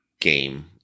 game